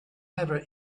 never